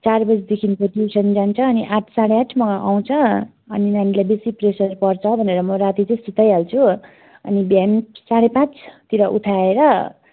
चार बजीदेखिको ट्युसन जान्छ अनि आठ साढे आठमा आउँछ अनि नानीलाई बेसी प्रेसर पर्छ भनेर म राती चाहिँ सुताइहाल्छु अनि बिहान साढे पाँचतिर उठाएर